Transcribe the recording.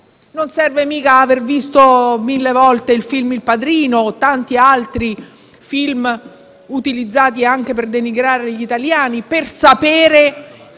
Non serve mica aver visto mille volte il film «Il padrino» o tanti altri film*,* utilizzati anche per denigrare gli italiani, per sapere